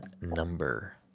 number